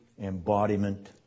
embodiment